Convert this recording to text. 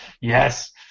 yes